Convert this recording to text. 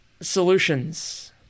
solutions